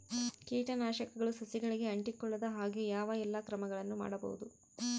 ಕೇಟನಾಶಕಗಳು ಸಸಿಗಳಿಗೆ ಅಂಟಿಕೊಳ್ಳದ ಹಾಗೆ ಯಾವ ಎಲ್ಲಾ ಕ್ರಮಗಳು ಮಾಡಬಹುದು?